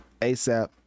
ASAP